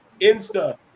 Insta